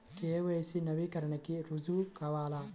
KYC నవీకరణకి రుజువు కావాలా?